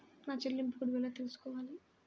నా చెల్లింపు గడువు ఎలా తెలుసుకోవాలి?